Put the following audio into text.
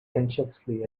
anxiously